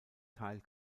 teil